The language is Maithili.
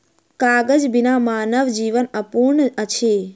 कागज बिना मानव जीवन अपूर्ण अछि